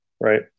right